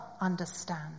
understand